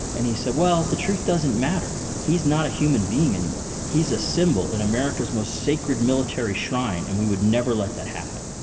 and he said, well, the truth doesn't matter. he's not a human being anymore. he's a symbol in america's most sacred military shrine, shrine, and we would never let that happen.